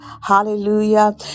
Hallelujah